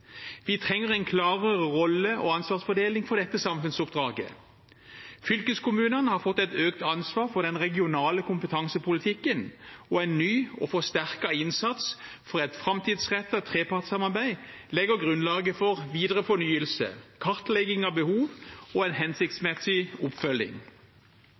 Vi trenger en klarere rolle- og ansvarsfordeling for dette samfunnsoppdraget. Fylkeskommunene har fått et økt ansvar for den regionale kompetansepolitikken, og en ny og forsterket innsats for et framtidsrettet trepartssamarbeid legger grunnlaget for videre fornyelse, kartlegging av behov og en hensiktsmessig oppfølging.